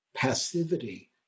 passivity